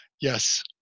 Yes